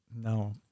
No